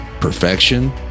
perfection